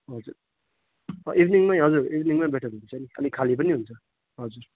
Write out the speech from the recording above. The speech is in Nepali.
हजुर इभिनिङमै हजुर इभिनिङमै बेटर हुन्छ नि अलि खाली पनि हुन्छ हजुर